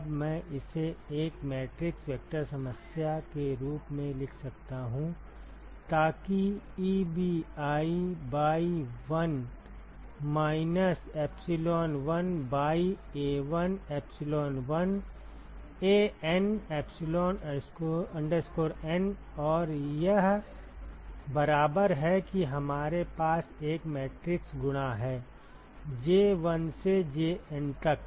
अब मैं इसे एक मैट्रिक्स वेक्टर समस्या के रूप में लिख सकता हूं ताकि Eb1 by 1 minus epsilon1 by A1 epsilon1 AN epsilon N और यह बराबर है कि हमारे पास एक मैट्रिक्स गुणा है J1 से JN तक